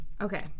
Okay